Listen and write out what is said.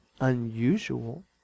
unusual